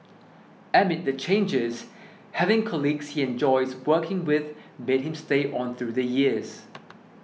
amid the changes having colleagues he enjoys working with made him stay on through the years